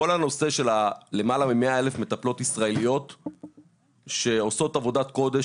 כל הנושא של למעלה מ-100,000 מטפלות ישראליות שעושות עבודת קודש,